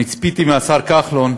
אני ציפיתי מהשר כחלון,